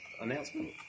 announcement